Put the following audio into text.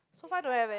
so far don't have leh